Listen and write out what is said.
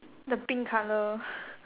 the pink colour